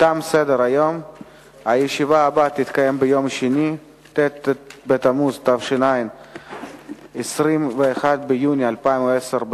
בדרכים ביום י"ב בשבט התש"ע (27 בינואר 2010):